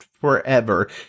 forever